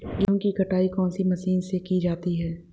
गेहूँ की कटाई कौनसी मशीन से की जाती है?